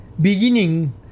beginning